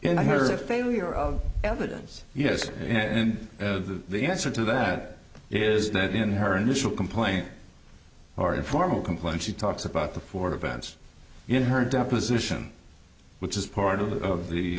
and i heard a failure of evidence because in the the answer to that is that in her initial complaint or a formal complaint she talks about the four events in her deposition which is part of the